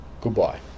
goodbye